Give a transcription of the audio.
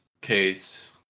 case